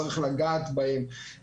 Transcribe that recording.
צריך לגעת בהם,